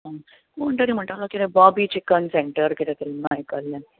कोण तरी म्हणटालो कितें बाॅबी चिकन सेन्टर म्हण कितें तरी आयकल्लें